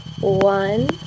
one